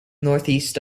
northeast